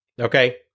Okay